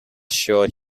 sure